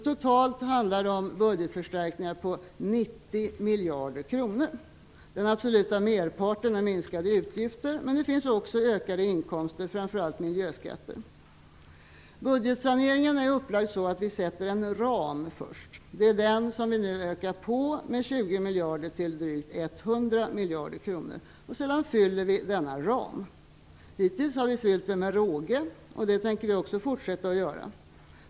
Totalt handlar det om budgetförstärkningar på 90 miljarder kronor. Merparten av besparingarna är minskade utgifter, men det finns också ökade inkomster, framför allt i form av miljöskatter. Budgetsaneringen är upplagd så, att vi först sätter en ram. Det är den som vi nu ökar med 20 miljarder till drygt 100 miljarder kronor. Sedan fyller vi denna ram. Hittills har vi fyllt den med råge, och det tänker vi också fortsätta att göra.